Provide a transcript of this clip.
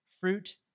fruit